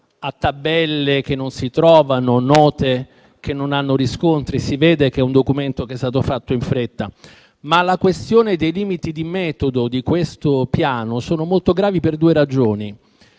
a tabelle che non si trovano, note che non hanno riscontri, si vede che è un Documento fatto in fretta. Tuttavia, i limiti di metodo di questo Piano sono molto gravi per due ragioni: